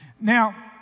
Now